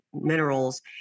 minerals